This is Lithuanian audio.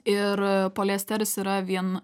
ir poliesteris yra vien